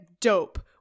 Dope